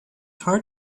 hard